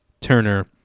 Turner